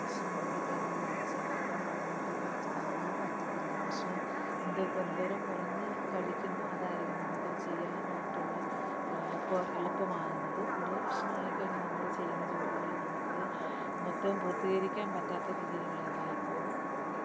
ഭക്ഷണം കൂടികഴിഞ്ഞാൽ നമ്മുടെ ശരീരത്തിന് അത് ബോഡി വെയിറ്റ് താങ്ങാൻ പറ്റത്തില്ല ഭക്ഷണം എന്തോരം കുറഞ്ഞ് കഴിക്കുന്നോ അതായിരിക്കും നമുക്കത് ചെയ്യാനായിട്ടുള്ള എളുപ്പം എളുപ്പമാകുന്നത് കൂടുതൽ ഭക്ഷണം ആയിക്കഴിഞ്ഞാൽ നമ്മൾ ചെയ്യുന്ന ജോലികൾ നമുക്ക് മൊത്തവും പൂർത്തീകരിക്കാൻ പറ്റാത്ത രീതിയിലുള്ള ഇതായിപ്പോകും